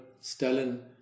Stalin